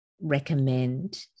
recommend